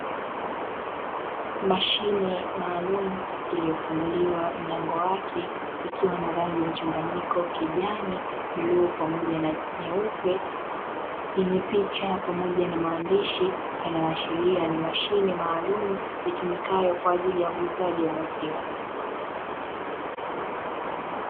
Mashine maalum iliyofunguliwa mlango wake ikiwa na rangi mchanganyiko kijani, bluu pamoja na nyeupe; yenye picha pamoja na maandishi yanayoashiria ni mashine maalumu itumikayo kwa ajili ya uuzaji wa maziwa.